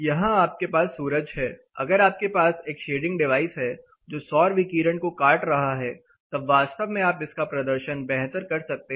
यहां आपके पास सूरज है अगर आपके पास एक शेडिंग डिवाइस है जो सौर विकिरण को काट रहा है तब वास्तव में आप इसका प्रदर्शन बेहतर कर सकते हैं